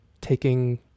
taking